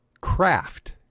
craft